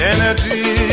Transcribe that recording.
Energy